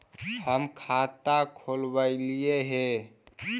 हम खाता खोलैलिये हे?